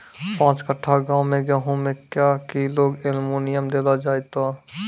पाँच कट्ठा गांव मे गेहूँ मे क्या किलो एल्मुनियम देले जाय तो?